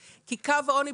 כי קו העוני,